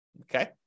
Okay